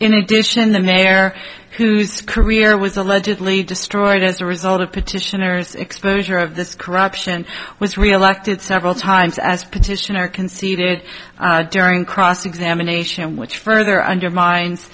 in addition the mayor whose career was allegedly destroyed as a result of petitioners exposure of this corruption was reelected several times as petitioner conceded during cross examination which further undermines